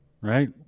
Right